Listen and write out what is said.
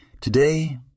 Today